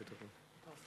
תקיפת עובד סוציאלי),